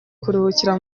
kuruhukira